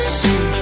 see